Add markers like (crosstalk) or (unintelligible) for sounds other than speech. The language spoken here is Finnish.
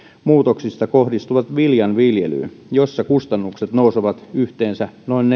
muutoksista kohdistuvat viljan viljelyyn jossa kustannukset nousevat yhteensä noin (unintelligible)